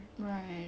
right